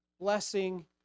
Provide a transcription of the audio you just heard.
blessing